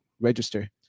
register